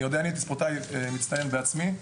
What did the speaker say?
אני הייתי ספורטאי מצטיין בעצמי.